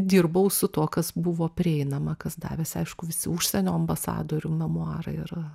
dirbau su tuo kas buvo prieinama kas davėsi aišku visi užsienio ambasadorių memuarai yra